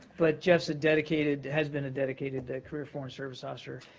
but jeff's a dedicated has been a dedicated career foreign service officer.